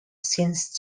since